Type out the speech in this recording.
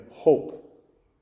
hope